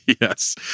Yes